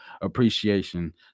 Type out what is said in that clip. Appreciation